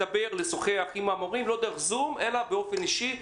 ולשוחח עם המורים לא דרך זום אלא באופן אישי,